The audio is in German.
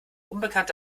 unbekannte